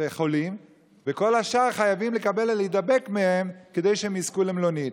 וכל השאר חייבים לקבל או להידבק מהם כדי שהם יזכו למלונית.